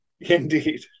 Indeed